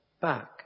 back